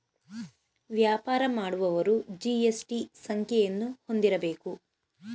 ವ್ಯಾಪಾರ ಮಾಡುವವರು ಜಿ.ಎಸ್.ಟಿ ಸಂಖ್ಯೆಯನ್ನು ಹೊಂದಿರಬೇಕು